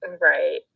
right